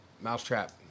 mousetrap